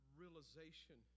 realization